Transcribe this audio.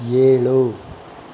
ಏಳು